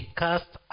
cast